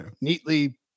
neatly